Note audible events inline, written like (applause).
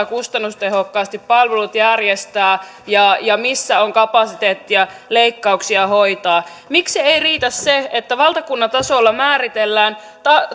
(unintelligible) kustannustehokkaasti palvelut järjestää ja ja missä on kapasiteettia leikkauksia hoitaa miksi ei riitä se että valtakunnan tasolla määritellään